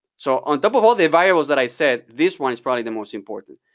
so on top of all the variables that i said, this one is probably the most important.